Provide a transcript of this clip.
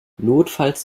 notfalls